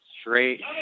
Straight